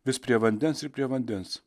vis prie vandens ir prie vandens